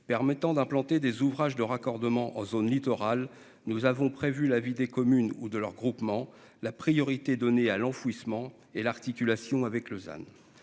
permettant d'implanter des ouvrages de raccordement en zone littorale, nous avons prévu, la vie des communes ou de leurs groupements, la priorité donnée à l'enfouissement et l'articulation avec